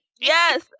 Yes